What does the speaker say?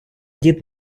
дід